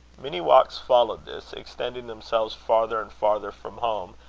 many walks followed this, extending themselves farther and farther from home,